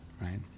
right